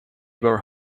were